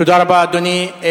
תודה רבה, אדוני.